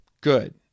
good